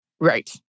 Right